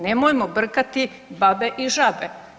Nemojmo brkati babe i žabe.